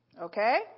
Okay